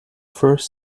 first